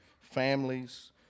families